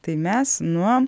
tai mes nuo